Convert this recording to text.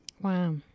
Wow